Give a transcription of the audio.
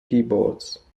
keyboards